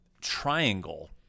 Triangle